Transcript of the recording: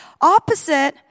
opposite